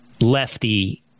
lefty